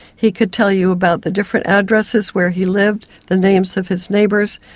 he could tell you about the different addresses where he lived, the names of his neighbours.